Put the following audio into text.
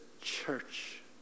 church